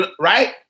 right